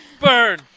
Burn